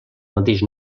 mateix